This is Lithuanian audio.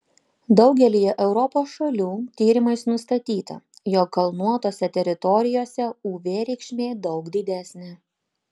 daugelyje europos šalių tyrimais nustatyta jog kalnuotose teritorijose uv reikšmė daug didesnė